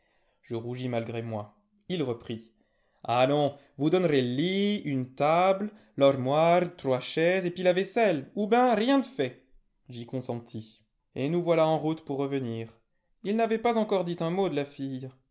je rougis malgré moi il reprit allons vous donnerez r ht une table l'ormoire trois chaises et pi la vaisselle ou ben rien d fait j'y consentis et nous voilà en route pour revenir il n'avait pas encore dit un mot de la fille